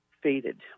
faded